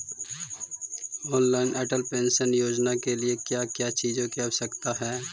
Online Atal pension Yojana के लिए क्या क्या चीजों की आवश्यकता है?